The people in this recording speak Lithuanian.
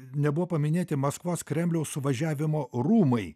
nebuvo paminėti maskvos kremliaus suvažiavimo rūmai